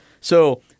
So-